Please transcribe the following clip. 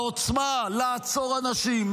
העוצמה לעצור אנשים,